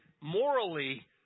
morally